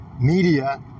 media